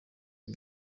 ngo